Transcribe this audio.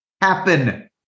happen